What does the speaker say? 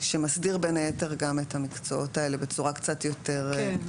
שמסדיר בין היתר גם את המקצועות האלה בצורה קצת יותר מסודרת.